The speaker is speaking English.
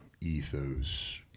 ethos